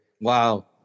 Wow